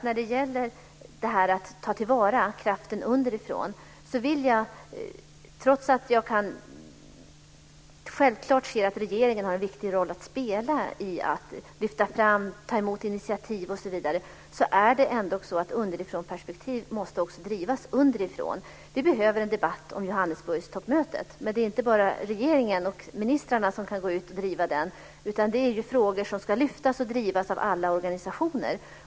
När det gäller att ta till vara kraften underifrån vill jag trots att jag självklart ser att regeringen har en viktig roll att spela i att lyfta fram och ta emot initiativ osv., säga att underifrånperspektivet också måste drivas underifrån. Vi behöver en debatt om Johannesburgtoppmötet, men det är inte bara regeringen och ministrarna som kan gå ut och driva den utan det är frågor som ska lyftas fram och drivas av alla organisationer.